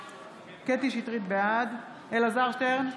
בעד אלעזר שטרן,